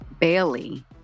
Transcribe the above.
Bailey